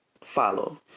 follow